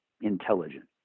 intelligent